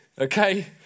Okay